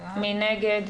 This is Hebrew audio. מי נגד?